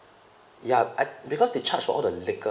ya uh because they charged for all the liquor